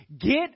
Get